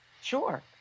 Sure